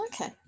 Okay